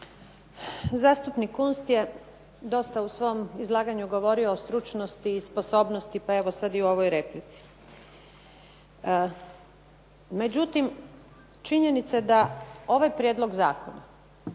Zastupnik Kunst je dosta u svom izlaganju govorio o stručnosti i sposobnosti pa evo sad i u ovoj replici. Međutim, činjenica je da ovaj prijedlog zakona